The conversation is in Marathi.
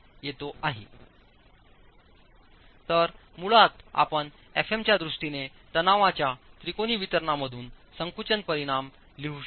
तर मुळात आपण Fm च्या दृष्टीने तणावांच्या त्रिकोणी वितरणामधून संकुचन परिणाम लिहू शकता